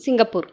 Singapore